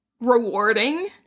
rewarding